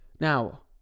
Now